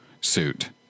suit